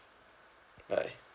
bye